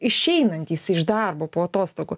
išeinantys iš darbo po atostogų